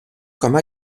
comme